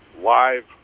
live